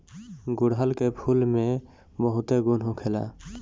गुड़हल के फूल में बहुते गुण होखेला